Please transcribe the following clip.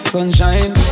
Sunshine